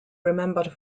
remembered